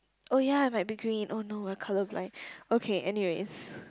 oh ya it might be green oh no I colourblind okay anyways